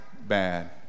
bad